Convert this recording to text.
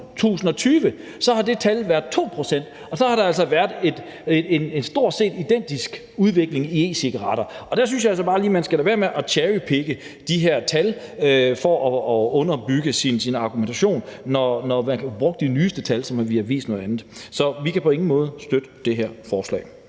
havde det tal været 2 pct., og så har der altså været en stort set identisk udvikling i e-cigaretter. Der synes jeg altså bare lige, at man skal lade være med at cherrypicke de her tal for at underbygge sin argumentation, når man kan bruge de nyeste tal, som ville vise noget andet. Så vi kan på ingen måde støtte det her forslag.